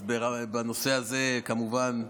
אז בנושא הזה, כמובן,